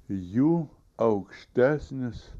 jų aukštesnis